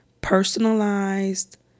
personalized